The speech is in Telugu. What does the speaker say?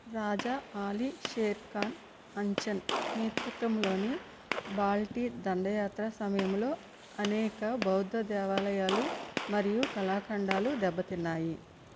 రాజా ఆలీ షేర్ఖాన్ అంచన్ నేతృత్వంలోని బాల్టీ దండయాత్ర సమయంలో అనేక బౌద్ధ దేవాలయాలు మరియు కళాఖండాలు దెబ్బతిన్నాయి